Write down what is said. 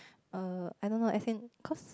err I don't know as in cause